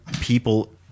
people